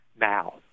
now